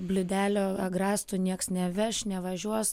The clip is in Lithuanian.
bliūdelio agrastų nieks neveš nevažiuos